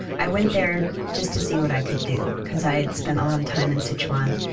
i went there just to see what i could do, because i had spent a lot of time in sichuan.